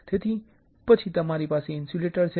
તેથી પછી તમારી પાસે ઇન્સ્યુલેટર છે